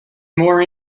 more